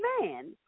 man